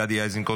גדי איזנקוט,